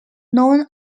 known